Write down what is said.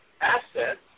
assets